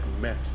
met